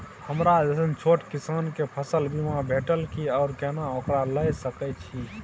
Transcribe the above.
हमरा जैसन छोट किसान के फसल बीमा भेटत कि आर केना ओकरा लैय सकैय छि?